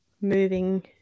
moving